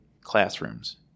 classrooms